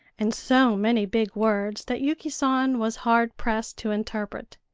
and so many big words that yuki san was hard pressed to interpret.